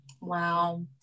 Wow